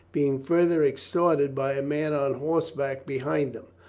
being further exhorted by a man on horseback be hind them.